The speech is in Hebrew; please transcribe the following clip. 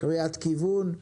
קריאת כיוון.